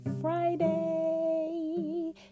Friday